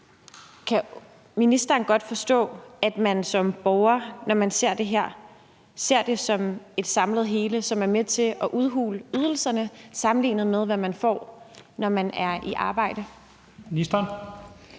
kan ministeren så godt forstå, at man som borger, når man ser det her, ser det som et samlet hele, som er med til at udhule ydelserne sammenlignet med, hvad man får, når man er i arbejde?